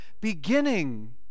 beginning